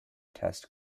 test